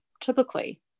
typically